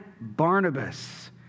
Barnabas